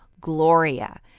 Gloria